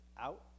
out